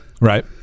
right